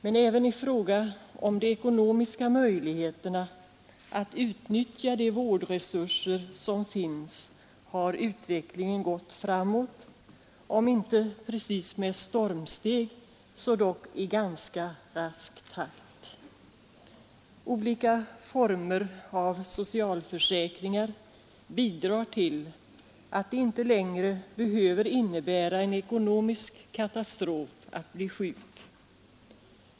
Men även i fråga om de ekonomiska möjligheterna att utnyttja de vårdresurser som finns har utvecklingen gått framåt, om inte precis med stormsteg så dock i ganska rask takt. Olika former av socialförsäkringar bidrar till att det inte längre behöver innebära en ekonomisk katastrof att bli sjuk.